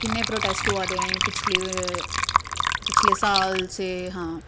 किन्ने प्रोटेस्ट होआ दे पिच्छले पिछले साल से हां